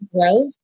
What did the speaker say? growth